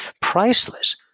priceless